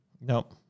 Nope